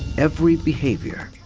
every behavior